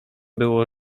było